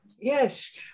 Yes